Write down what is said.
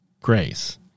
grace